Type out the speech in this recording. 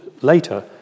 later